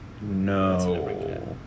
No